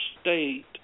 state